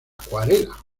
acuarela